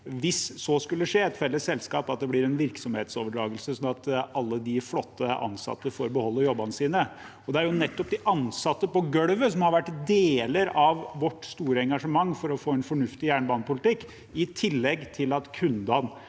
hvis så skulle skje at det blir et felles selskap, vil sørge for at det blir en virksomhetsoverdragelse, slik at alle de flotte ansatte får beholde jobbene sine. Det er nettopp de ansatte på golvet som har vært deler av vårt store engasjement for å få en fornuftig jernbanepolitikk, i tillegg til at kundene